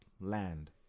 land